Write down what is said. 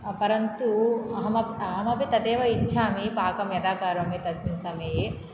परन्तु अहम् अपि अहम् अपि तदेव इच्छामि पाकं यदा करोमि तस्मिन् समये